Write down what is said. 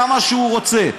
כמה שהוא רוצה.